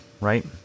right